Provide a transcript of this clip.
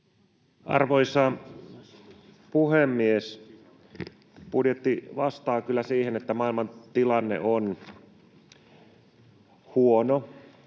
Arvoisa puhemies! Budjetti vastaa kyllä siihen, että maailmantilanne on huono.